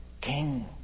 king